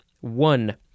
One